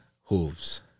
Hooves